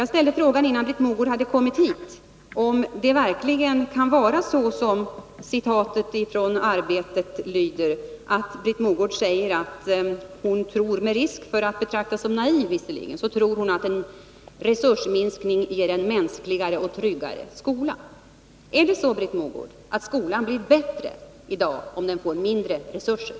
Jag ställde frågan innan Britt Mogård hade kommit till kammaren, om det verkligen kan vara så som Arbetet skrivit, nämligen att Britt Mogård sagt att hon med risk för att betraktas som naiv tror att en resursminskning ger en mänskligare och tryggare skola. Är det så, Britt Mogård, att skolan blir bättre om den får mindre resurser?